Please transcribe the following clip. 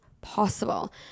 possible